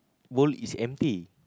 bowl is empty